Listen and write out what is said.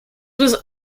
was